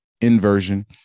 inversion